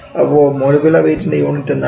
അപ്പോൾ മോളിക്കുലർ വെയ്റ്റിൻറെ യൂണിറ്റ് എന്താണ്